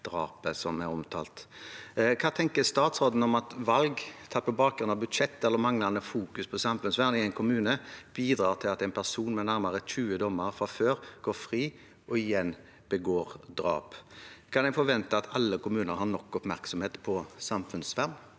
Hva tenker statsråden om at valg som er tatt på bakgrunn av budsjett eller manglende fokus på samfunnsvern i en kommune, bidrar til at en person med nærmere 20 dommer fra før går fri og igjen begår drap? Kan en forvente at alle kommuner har nok oppmerksomhet på samfunnsvern,